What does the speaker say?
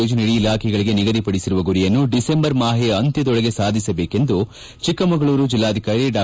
ಯೋಜನೆಯಡಿ ಇಲಾಖೆಗಳಿಗೆ ನಿಗಧಿಪಡಿಸಿರುವ ಗುರಿಯನ್ನು ಡಿಸೆಂಬರ್ ಮಾಹೆಯ ಅಂತ್ಯದೊಳಗೆ ಸಾಧಿಸಬೇಕೆಂದು ಚಿಕ್ಕಮಗಳೂರು ಜಿಲ್ಲಾಧಿಕಾರಿ ಡಾ